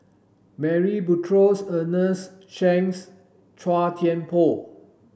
Murray Buttrose Ernest Shanks Chua Thian Poh